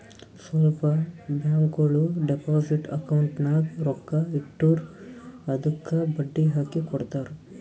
ಸ್ವಲ್ಪ ಬ್ಯಾಂಕ್ಗೋಳು deposit account ನಾಗ್ ರೊಕ್ಕಾ ಇಟ್ಟುರ್ ಅದ್ದುಕ ಬಡ್ಡಿ ಹಾಕಿ ಕೊಡ್ತಾರ್